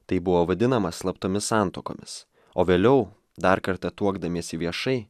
tai buvo vadinama slaptomis santuokomis o vėliau dar kartą tuokdamiesi viešai